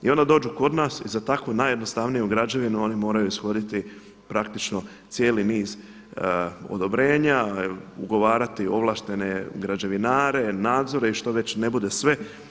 I onda dođu kod nas i za takvu najjednostavniju građevinu oni moraju ishoditi praktično cijeli niz odobrenja, ugovarati ovlaštene građevinare, nadzore i što već ne bude sve.